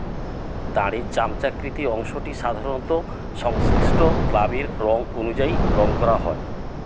দাঁড়ের চামচাকৃতি অংশটি সাধারণত সংশ্লিষ্ট ক্লাবের রং অনুযায়ী রং করা হয়